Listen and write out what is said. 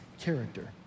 character